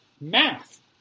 math